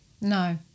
no